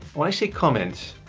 when i say comments.